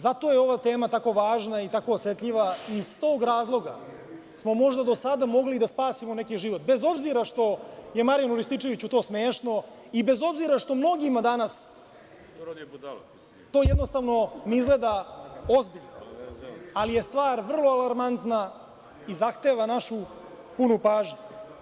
Zato je ova tema tako važna i tako osetljiva i iz tog razloga smo možda do sada mogli da spasimo neki život, bez obzira što je Marijanu Rističeviću to smešno i bez obzira što mnogima danas to jednostavno ne izgleda ozbiljno, ali je stvar vrlo alarmantna i zahteva našu punu pažnju.